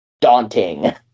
daunting